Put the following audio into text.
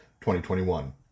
2021